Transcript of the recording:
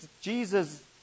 Jesus